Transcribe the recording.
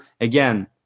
again